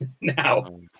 now